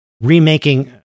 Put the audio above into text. remaking